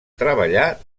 treballar